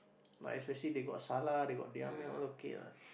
now especially they got Salah they got Diama all okay what